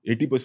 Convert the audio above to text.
80%